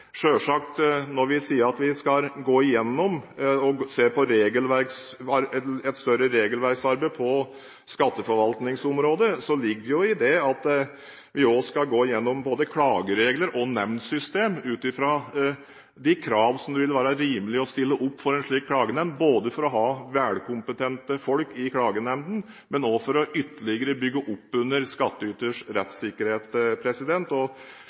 når vi sier at vi skal gå igjennom og se på et større regelverksarbeid på skatteforvaltningsområdet, ligger det selvsagt i det at vi også skal gå igjennom både klageregler og nemndsystem ut ifra de krav som det vil være rimelig å stille opp for en slik klagenemnd, både for å ha velkompetente folk i klagenemnden og også for ytterligere å bygge opp under